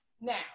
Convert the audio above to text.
Now